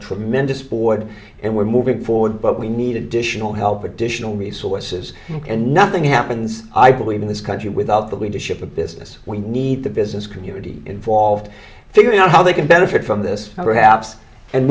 tremendous board and we're moving forward but we need additional help additional resources and nothing happens i believe in this country without that we do ship a business we need the business community involved figuring out how they can benefit from this